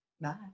Bye